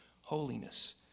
holiness